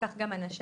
כך גם אנשיו.